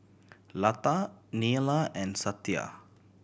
Lata Neila and Satya